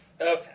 Okay